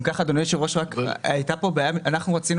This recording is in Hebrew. אם כך אדוני היושב ראש, אנחנו רצינו